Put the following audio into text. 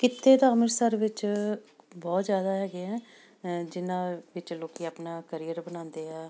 ਕਿੱਤੇ ਤਾਂ ਅੰਮ੍ਰਿਤਸਰ ਵਿੱਚ ਬਹੁਤ ਜ਼ਿਆਦਾ ਹੈਗੇ ਆ ਜਿਨ੍ਹਾਂ ਵਿੱਚ ਲੋਕ ਆਪਣਾ ਕਰੀਅਰ ਬਣਾਉਂਦੇ ਆ